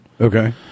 Okay